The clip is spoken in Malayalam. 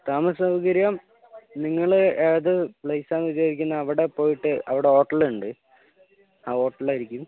താമസസൗകര്യം നിങ്ങൾ ഏത് പ്ലേസ് ആണ് വിചാരിക്കുന്നത് അവിടെ പോയിട്ട് അവിടെ ഹോട്ടലുണ്ട് ആ ഹോട്ടലായിരിക്കും